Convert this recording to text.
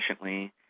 efficiently